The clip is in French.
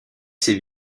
ses